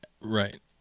Right